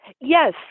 Yes